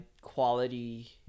quality